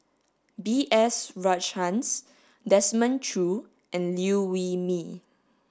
B S Rajhans Desmond Choo and Liew Wee Mee